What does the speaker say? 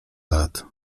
lat